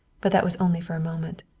but that was only for a moment.